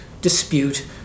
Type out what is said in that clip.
dispute